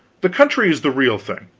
the country is the real thing,